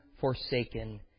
forsaken